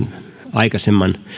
aikaisemman puheenvuoron johdosta